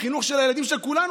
החינוך של הילדים של כולנו,